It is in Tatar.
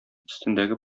өстендәге